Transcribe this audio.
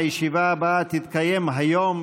הישיבה הבאה תתקיים היום,